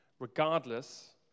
regardless